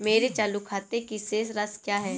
मेरे चालू खाते की शेष राशि क्या है?